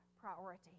priority